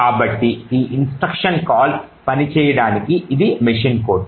కాబట్టి ఈ instruction call పనిచేయడానికి ఇది మెషిన్ కోడ్